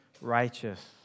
righteous